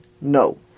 no